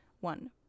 One